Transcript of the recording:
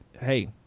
Hey